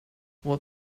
what